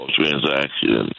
transaction